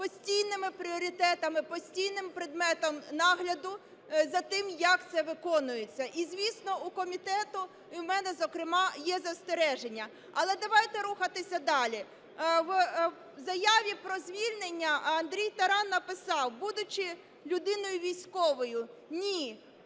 постійними пріоритетами, постійним предметом нагляду за тим, як це виконується. І, звісно, в комітету, і в мене, зокрема, є застереження, але давайте рухатися далі. В заяві про звільнення Андрій Таран написав, будучи людиною військовою, ні,